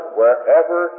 wherever